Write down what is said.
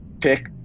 pick